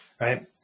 right